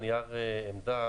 העמדה,